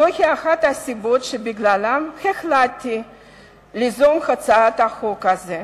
זוהי אחת הסיבות שבגללן החלטתי ליזום את הצעת החוק הזאת.